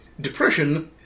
depression